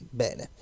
bene